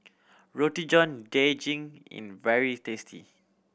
Roti John Daging in very tasty